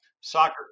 soccer